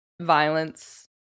violence